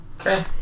okay